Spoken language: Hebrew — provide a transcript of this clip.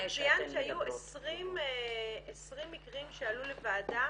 את ציינת שהיו 20 מקרים שעלו לוועדה.